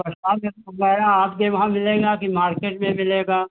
प्रसाद वग़ैरह आपके वहाँ मिलेगा कि मार्केट में मिलेगा